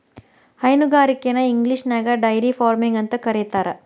ಹೈನುಗಾರಿಕೆನ ಇಂಗ್ಲಿಷ್ನ್ಯಾಗ dairy farming ಅಂತ ಕರೇತಾರ